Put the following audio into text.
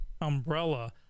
umbrella